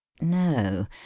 No